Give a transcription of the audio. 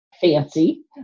fancy